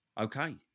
Okay